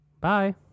Bye